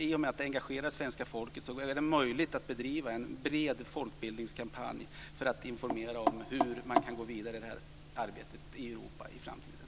I och med att de engagerar svenska folket är det möjligt att bedriva en bred folkbildningskampanj för att informera om hur man kan gå vidare med detta arbete i Europa i framtiden.